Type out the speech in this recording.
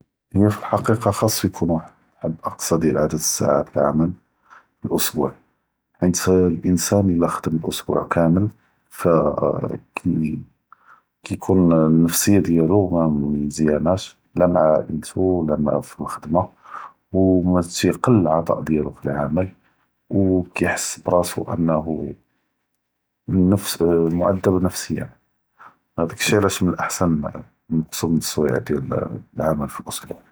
הי פאלחקיקה חאצ יכון וחד אלעדד אקסא דיאל עדד סעאת אלעמל פלאסבוע, חינת לאנסאן אלא ח’דמא סבוע כאמל פ אה כיכון אלנפסיה דיאלו אמא מא מזיאנאש לא מעא עאילתו לא מעא פלאח’דמא ו תיקל אלעטאא דיאלו פאלעמל ו כיחס בראסו אנה אלנפס מעד’ב נפסיא, האד אלשי עלאש לאזם ננקצו פאלסואיע דיאל אלעמל.